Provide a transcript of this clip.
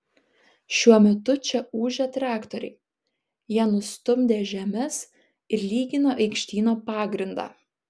šiuo metu čia ūžia traktoriai jie nustumdė žemes ir lygina aikštyno pagrindą